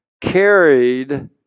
carried